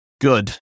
Good